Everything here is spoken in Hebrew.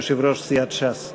יושב-ראש סיעת ש"ס.